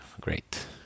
great